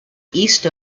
east